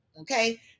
Okay